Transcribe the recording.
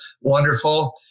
wonderful